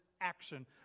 action